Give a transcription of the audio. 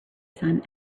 sun